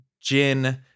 gin